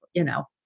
you know,